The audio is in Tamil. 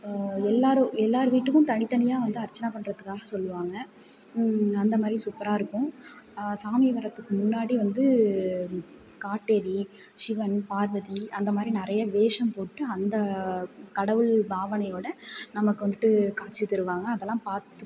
எல்லாேரும் எல்லாேர் வீட்டுக்கும் தனித்தனியாக வந்து அர்ச்சனை பண்ணுறதுக்காக சொல்வாங்க அந்த மாதிரி சூப்பராக இருக்கும் சாமி வர்றதுக்கு முன்னாடி வந்து காட்டேரி சிவன் பார்வதி அந்த மாதிரி நிறைய வேஷம் போட்டு அந்த கடவுள் பாவனையோடு நமக்கு வந்துட்டு காட்சி தருவாங்க அதெல்லாம் பார்த்து